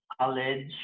college